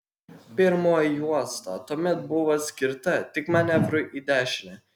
pirmoji juosta tuomet buvo skirta tik manevrui į dešinę